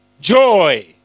joy